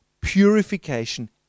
purification